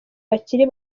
bakiri